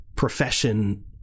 profession